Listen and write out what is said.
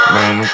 Man